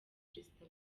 perezida